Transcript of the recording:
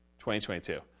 2022